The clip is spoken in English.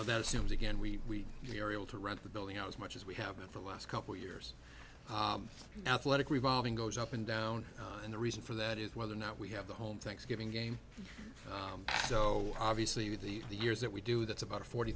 know that assumes again we are able to rent the building out as much as we have been for the last couple years athletic revolving goes up and down and the reason for that is whether or not we have the home thanksgiving game so obviously the the years that we do that's about forty